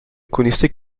connaissait